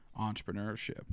entrepreneurship